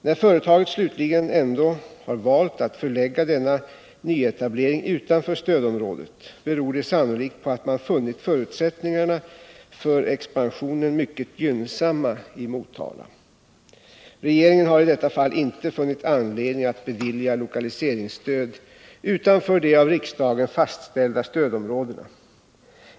När företaget slutligen ändå har valt att förlägga denna nyetablering utanför stödområdet beror det sannolikt på att man funnit förutsättningarna för expansionen mycket gynnsamma i Motala. Regeringen har i detta fall inte funnit anledning att bevilja lokaliseringsstöd utanför de av riksdagen fastställda stödområdena.